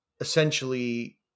essentially